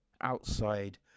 Outside